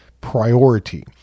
priority